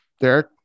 Derek